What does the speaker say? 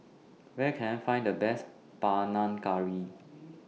Where Can I Find The Best Panang Curry